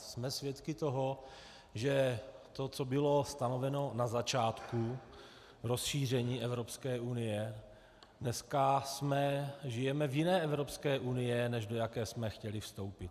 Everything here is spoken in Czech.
Jsme svědky toho, že to, co bylo stanoveno na začátku rozšíření Evropské unie, dneska žijeme v jiné Evropské unii, než do jaké jsme chtěli vstoupit.